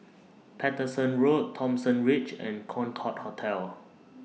Paterson Road Thomson Ridge and Concorde Hotel